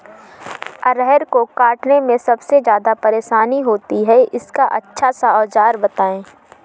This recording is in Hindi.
अरहर को काटने में सबसे ज्यादा परेशानी होती है इसका अच्छा सा औजार बताएं?